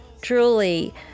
truly